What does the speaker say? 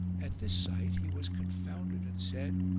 at this sight he was confounded and said,